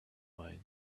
mind